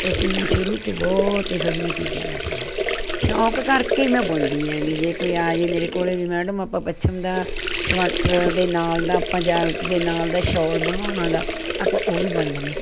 ਵੈਸੇ ਮੈਨੂੰ ਸ਼ੁਰੂ ਤੋਂ ਬਹੁਤ ਇਹੋ ਜਿਹੀਆਂ ਚੀਜ਼ਾਂ ਦਾ ਸ਼ੌਂਕ ਆ ਸ਼ੌਂਕ ਕਰਕੇ ਮੈਂ ਬੁਣਦੀ ਹੈਗੀ ਜੇ ਕੋਈ ਆ ਜੇ ਮੇਰੇ ਕੋਲ ਵੀ ਮੈਡਮ ਆਪਾਂ ਪੱਛਮ ਦਾ ਸਵਾਟਰ ਦੇ ਨਾਲ ਦਾ ਆਪਾਂ ਜੈਕਟ ਦੇ ਨਾਲ ਦਾ ਸ਼ੋਲ ਬਣਾਉਣਾ ਗਾ ਆਪਾਂ ਉਹ ਵੀ ਬੁਣ ਦਿੰਦੇ ਹਾਂ